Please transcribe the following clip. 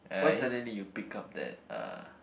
why suddenly you pick up that uh